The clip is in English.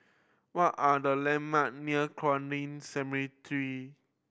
what are the landmark near